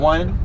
One